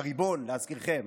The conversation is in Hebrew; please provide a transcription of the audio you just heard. הריבון, להזכירכם,